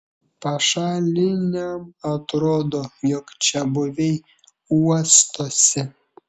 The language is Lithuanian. pašaliniam atrodo jog čiabuviai uostosi